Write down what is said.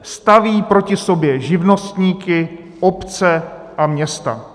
Staví proti sobě živnostníky, obce a města.